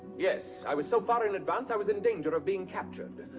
yes, i was so far in advance, i was in danger of being captured.